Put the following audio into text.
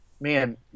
man